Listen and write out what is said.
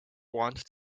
wanted